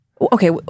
okay